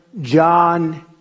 John